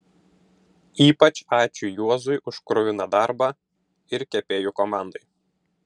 ypač ačiū juozui už kruviną darbą ir kepėjų komandai